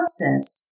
process—